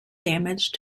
damage